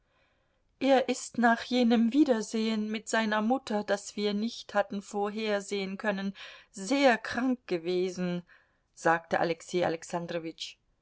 er ist nach jenem wiedersehen mit seiner mutter das wir nicht hatten vorhersehen können sehr krank gewesen sagte alexei